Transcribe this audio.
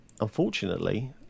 Unfortunately